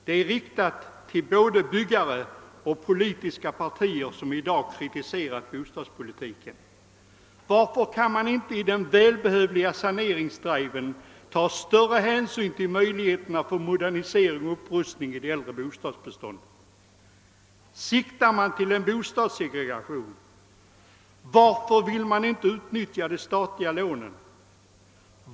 De är riktade till både byggare och de politiska partier som i dag kritiserar bostadspolitiken. Varför kan man inte i den välbehövliga saneringsdriven ta större hänsyn till möjligheterna till modernisering och upprustning i det äldre bostadsbeståndet? Siktar man till en bostadssegregation? Varför vill man inte utnyttja de statliga lånen?